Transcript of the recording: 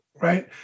right